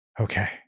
Okay